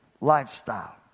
lifestyle